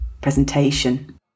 presentation